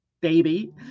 baby